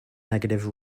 negative